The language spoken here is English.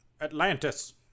Atlantis